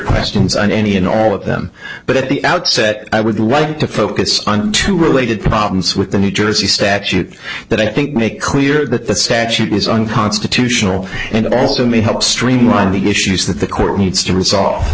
questions on any and all of them but at the outset i would like to focus on two related problems with the new jersey statute that i think make clear that the statute is unconstitutional and it also may help streamline the issues that the court needs to resolve